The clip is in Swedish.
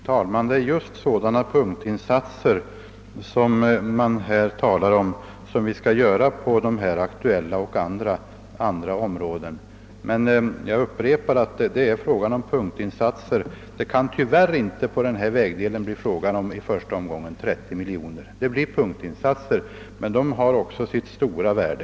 Herr talman! Det är just punktinsatser av det slag man här talat om som vi skall göra i det här aktuella området och i andra områden. Men jag upprepar att det är fråga om punktinsatser. Det kan tyvärr inte på denna vägdel i första omgången bli fråga om förbättringar för 30 miljoner kronor. Punktinsatser har emellertid också sitt stora värde.